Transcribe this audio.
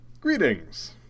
Greetings